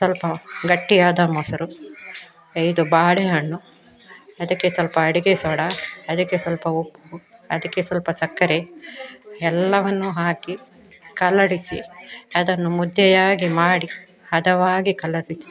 ಸ್ವಲ್ಪ ಗಟ್ಟಿಯಾದ ಮೊಸರು ಐದು ಬಾಳೆಹಣ್ಣು ಅದಕ್ಕೆ ಸ್ವಲ್ಪ ಅಡಿಗೆ ಸೋಡಾ ಅದಕ್ಕೆ ಸ್ವಲ್ಪ ಉಪ್ಪು ಅದಕ್ಕೆ ಸ್ವಲ್ಪ ಸಕ್ಕರೆ ಎಲ್ಲವನ್ನು ಹಾಕಿ ಕಲಸಿಡಿ ಅದನ್ನು ಮುದ್ದೆಯಾಗಿ ಮಾಡಿ ಹದವಾಗಿ ಕಲಸಿಡಿ